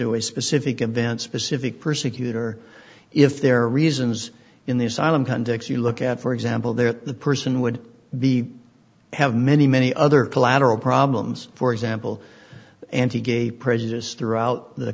to a specific event specific persecutor if there are reasons in the asylum context you look at for example that the person would be have many many other collateral problems for example anti gay prejudice throughout the